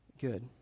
good